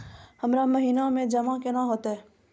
हमरा महिना मे जमा केना हेतै?